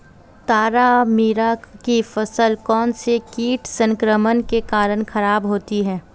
तारामीरा की फसल कौनसे कीट संक्रमण के कारण खराब होती है?